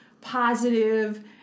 positive